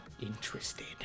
interested